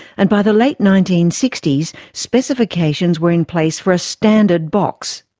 and by the late nineteen sixty s specifications were in place for a standard box.